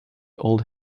old